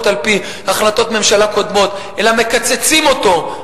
על-פי החלטות ממשלה קודמות אלא מקצצים אותו.